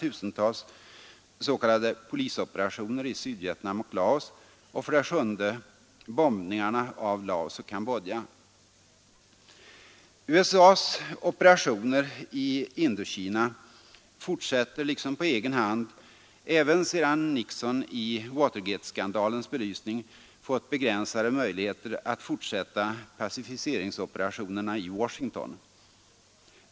USAs operationer i Indokina fortsätter liksom på egen hand även sedan Nixon i Watergateskandalens belysning fått begränsade möjligheter att fortsätta pacificeringsoperationerna i Washington.